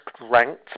ranked